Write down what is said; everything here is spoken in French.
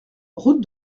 route